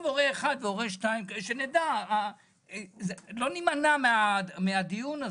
לא נימנע מהדיון הזה.